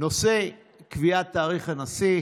נושא קביעת תאריך השבעת הנשיא,